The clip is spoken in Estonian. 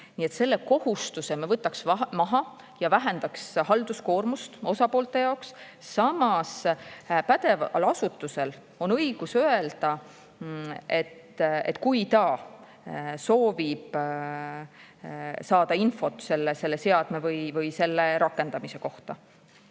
Nii et selle kohustuse me võtaks maha ja vähendaks halduskoormust osapoolte jaoks. Samas, pädeval asutusel on õigus öelda, kui ta soovib saada infot sellise seadme või selle rakendamise kohta.